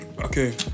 Okay